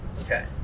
okay